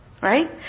right